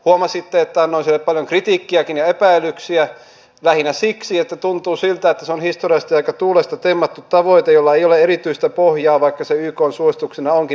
huomasitte että annoin sille paljon kritiikkiäkin ja epäilyksiä lähinnä siksi että tuntuu siltä että se on historiallisesti aika tuulesta temmattu tavoite jolla ei ole erityistä pohjaa vaikka ykn suosituksena onkin